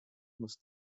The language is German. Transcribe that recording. muss